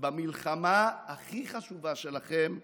במלחמה הכי חשובה שלכם ושלנו: